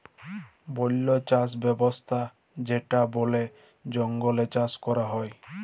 বল্য চাস ব্যবস্থা যেটা বলে জঙ্গলে চাষ ক্যরা হ্যয়